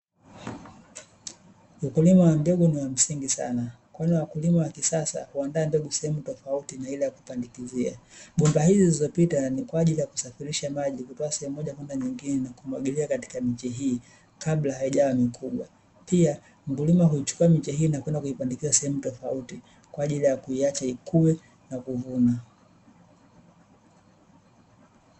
Ukulima wa mbegu ni wa msingi sana kwani wakulima wa kisasa huandaa mbegu sehemu tofauti na ile ya kupandikizia. Bomba hizi zilizopita ni kwa ajili ya kusafirisha maji kutoa sehemu moja kwenda nyingine kumwagilia katika miche hii kabla haijawa mkubwa. Pia mkulima kuichukua miche hii inakwenda kuipandikiza sehemu tofauti kwa ajili ya kuiacha ikuwe na kuvuna.